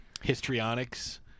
histrionics